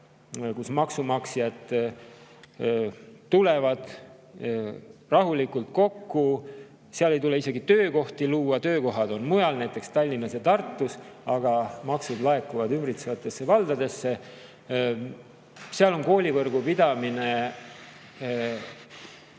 kus maksumaksjad tulevad rahulikult kokku. Seal ei tule isegi töökohti luua – töökohad on mujal, näiteks Tallinnas ja Tartus, aga maksud laekuvad ümbritsevatesse valdadesse. Seal on koolivõrgu pidamine võimalik